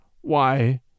Why